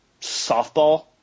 softball